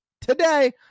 today